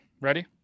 ready